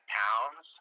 pounds